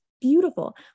beautiful